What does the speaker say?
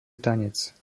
tanec